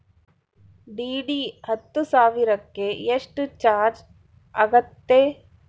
DD ಹತ್ತು ಸಾವಿರಕ್ಕೆ ಎಷ್ಟು ಚಾಜ್೯ ಆಗತ್ತೆ?